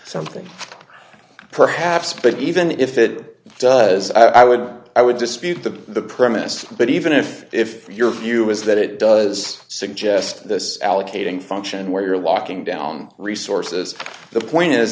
something perhaps but even if it does i would i would dispute the premise but even if if your view is that it does suggest this allocating function where you're locking down resources the point is